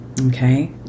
okay